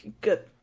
good